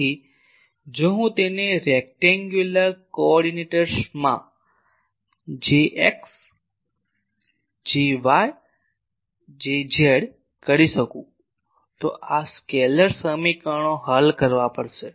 તેથી જો હું તેને રેક્ટેન્ગુલર કોઓર્ડિનેટ્સમાં J x J y J z કરી શકું તો આ સ્કેલેર સમીકરણો હલ કરવા પડશે